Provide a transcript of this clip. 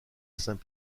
saint